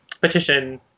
petition